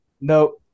No